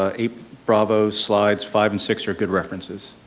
ah eight bravo, slides five and six are good references.